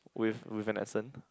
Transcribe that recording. with with an accent